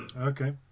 Okay